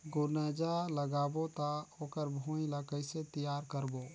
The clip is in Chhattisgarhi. गुनजा लगाबो ता ओकर भुईं ला कइसे तियार करबो?